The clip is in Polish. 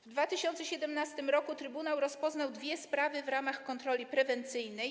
W 2017 r. trybunał rozpoznał dwie sprawy w ramach kontroli prewencyjnej.